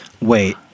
Wait